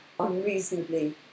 unreasonably